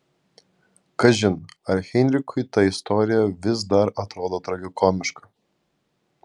kažin ar heinrichui ta istorija vis dar atrodo tragikomiška